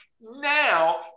now